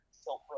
self